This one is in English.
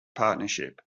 partnership